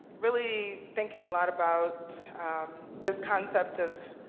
really thinking a lot about this concept of